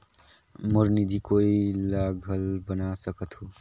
मोर निधि कोई ला घल बना सकत हो?